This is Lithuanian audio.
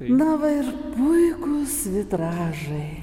na va ir puikūs vitražai